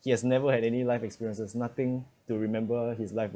he has never had any life experiences nothing to remember his life